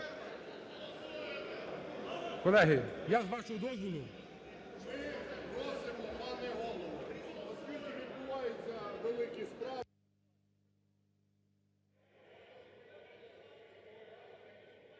Колеги, я, з вашого дозволу…